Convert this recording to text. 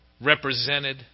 Represented